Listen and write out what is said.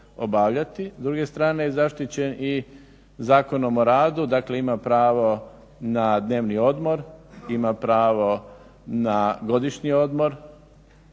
S druge strane je zaštićen i Zakonom o radu, dakle ima pravo na dnevni odmor, ima pravo na godišnji odmor